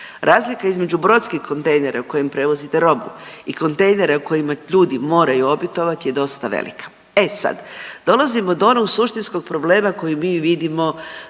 Razlika između brodskih kontejnera u kojim prevozite robu i kontejnera kojima ljudi moraju obitovati je dosta velika. E sad, dolazimo do onog suštinskog problema koji mi vidimo,